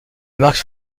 marque